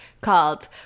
called